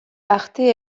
arte